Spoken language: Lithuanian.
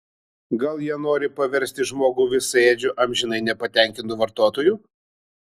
gal jie nori paversti žmogų visaėdžiu amžinai nepatenkintu vartotoju